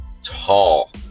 tall